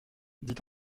dit